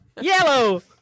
yellow